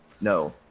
No